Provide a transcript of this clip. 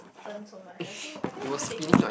turn so much I think I think we put it here